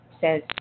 says